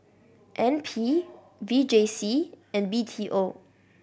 N P V J C and B T O